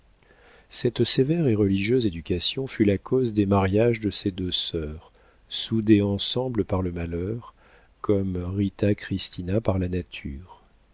cette sévère et religieuse éducation fut la cause des mariages de ces deux sœurs soudées ensemble par le malheur comme rita christina par la nature